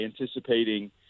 anticipating